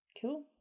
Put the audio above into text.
cool